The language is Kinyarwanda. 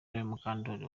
mukandori